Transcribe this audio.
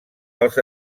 els